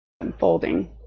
unfolding